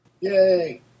Yay